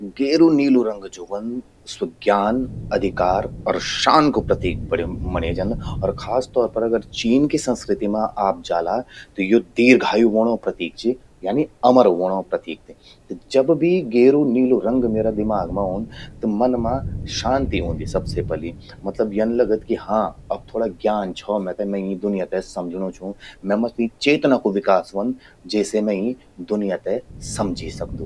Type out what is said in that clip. गेरु नीलु रंग ज्वो व्हंद, स्वो ज्ञान, अधिकार और शान कु प्रतिक मण्ये जंद। और खास तौर पर अगर चीन की संस्कित मां आप जाला, त यो दीर्घायु व्होणो प्रतीक चि। यानी अमर व्होणो प्रतीक चि। त जब भी गेरु नीलू रंग म्येरा दिमाग मां ऊंद, त मन मां शांति ऊंदी सबसे पलि मतलब यन लगद कि हां अब थओड़ा ज्ञान छौ मेते, मैं यीं दुनिया से समझणूं छूं। मैमा चेतना कु विकास व्हंद। जेसे मैं यीं दुनिया ते समझई सकदू।